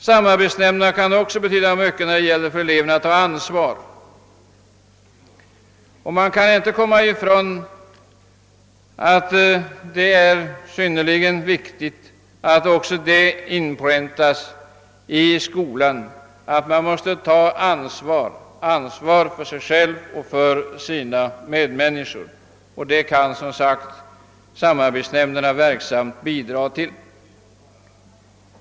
Samarbetsnämnderna kan också betyda mycket när det gäller för eleverna att ta ansvar. Man kan inte komma ifrån att det är mycket viktigt att det i skolan också inpräntas att eleverna måste ta ansvar för sig själva och för sina medmänniskor, och det kan som sagt samarbetsnämnderna verksamt bidra till.